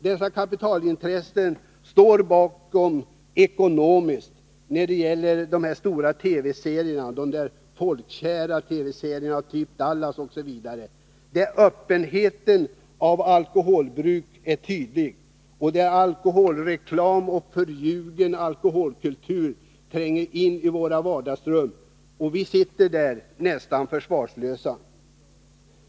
Dessa kapitalintressen står ekonomiskt bakom stora och folkkära TV-serier av typ Dallas, där öppenheten för alkoholbruk är tydlig, vilket gör att alkoholreklam och förljugen alkoholkultur tränger in i våra vardagsrum, där vi sitter nästan försvarslösa.